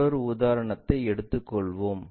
மற்றொரு உதாரணத்தை எடுத்துக் கொள்வோம்